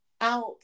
out